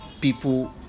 people